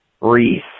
Reese